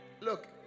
Look